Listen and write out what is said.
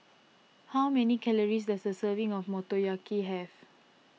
how many calories does a serving of Motoyaki have